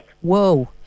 whoa